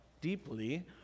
deeply